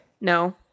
No